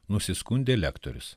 nusiskundė lektorius